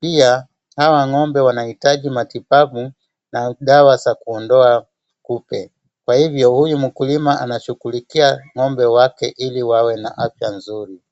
pia hawa ng'ombe wanahitaji matibabu na dawa za kuondoa kupe. Kwa hivyo huyu mkulima anashughulikia ng'ombe wake ili wawe na afya nzuri.